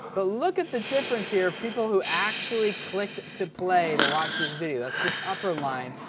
but look at the difference here of people who actually clicked to play to watch this video. that's this upper line.